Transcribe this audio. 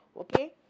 Okay